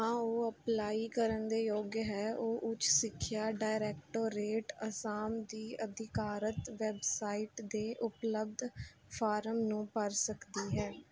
ਹਾਂ ਉਹ ਅਪਲਾਈ ਕਰਨ ਦੇ ਯੋਗ ਹੈ ਉਹ ਉੱਚ ਸਿੱਖਿਆ ਡਾਇਰੈਕਟੋਰੇਟ ਅਸਾਮ ਦੀ ਅਧਿਕਾਰਤ ਵੈੱਬਸਾਈਟ 'ਤੇ ਉਪਲਬਧ ਫਾਰਮ ਨੂੰ ਭਰ ਸਕਦੀ ਹੈ